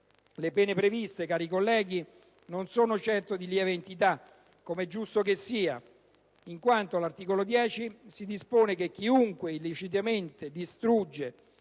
Le pene previste, cari colleghi, non sono certo di lieve entità, come è giusto che sia, in quanto all'articolo 10 si dispone che: "Chiunque illecitamente distrugge,